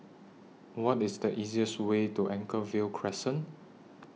What IS The easiest Way to Anchorvale Crescent